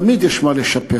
תמיד יש מה לשפר.